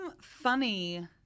funny